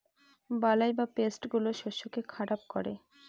বালাই বা পেস্ট গুলো শস্যকে খারাপ করে